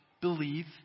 believe